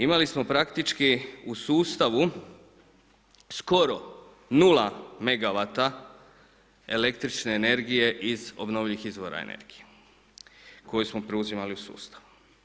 Imali smo praktički u sustavu skoro nula megawata električne energije iz obnovljivih izvora energije koju smo preuzimali u sustavu.